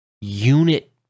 unit